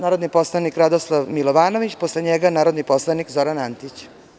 Narodni poslanik Radoslav Milovanović, posle njega narodni poslanik Zoran Antić.